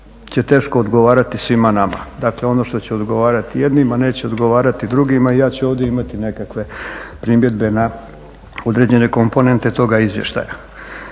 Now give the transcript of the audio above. će teško odgovarati svima nama. Dakle, ono što će odgovarati jednima, neće odgovarati drugima i ja ću ovdje imati nekakve primjedbe na određene komponente toga izvještaja.